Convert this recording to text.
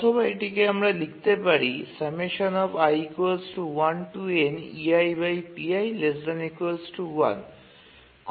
অথবা এটিকে আমরা লিখতে পারি